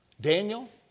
Daniel